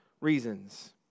Reasons